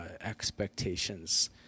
expectations